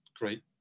great